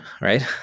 right